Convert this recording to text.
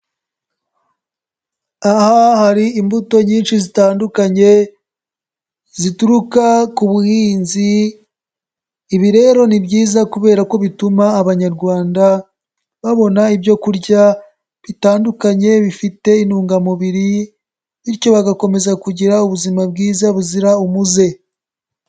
Aha hari imbuto nyinshi zitandukanye zituruka ku buhinzi, ibi rero ni byiza kubera ko bituma Abanyarwanda babona ibyo kurya bitandukanye bifite intungamubiri bityo bagakomeza kugira ubuzima bwiza buzira umuze.